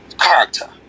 character